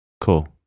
cool